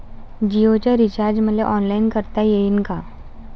जीओच रिचार्ज मले ऑनलाईन करता येईन का?